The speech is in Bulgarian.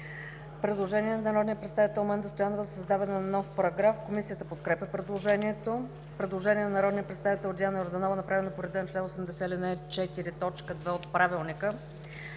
Предложение на народния представител Менда Стоянова за създаване на нов параграф. Комисията подкрепя предложението. Предложение на народния представител Диана Йорданова, направено по реда на чл. 80, ал.